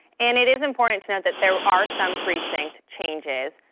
and it is important to note that there are some precinct changes.